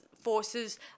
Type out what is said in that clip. forces